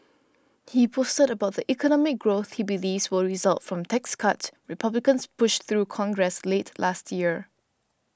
he boasted about the economic growth he believes will result from tax cuts Republicans pushed through Congress late last year